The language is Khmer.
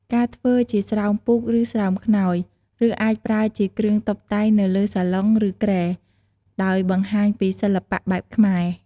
ការធ្វើជាស្រោមពូក ឬស្រោមខ្នើយ ឬអាចប្រើជាគ្រឿងតុបតែងនៅលើសាឡុង ឬគ្រែ ដោយបង្ហាញពីសិល្បៈបែបខ្មែរ។